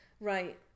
Right